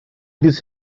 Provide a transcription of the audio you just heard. this